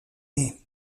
nés